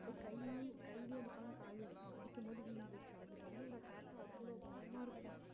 அப்படியே கை கைலேயும் அடிப்பாங்க கால்லேயும் அடிப்பாங்க அடிக்கும்போது வீங்கி போயிடுத்து அதுலேருந்து அவரை பார்த்தா அவ்வளோ பயமாக இருக்கும்